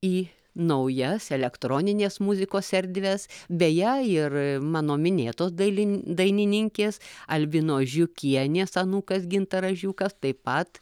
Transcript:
į naujas elektroninės muzikos erdves beje ir mano minėtos dailin dainininkės albinos žiukienės anūkas gintaras žiūkas taip pat